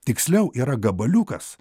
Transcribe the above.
tiksliau yra gabaliukas